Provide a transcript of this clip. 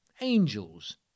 angels